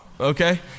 Okay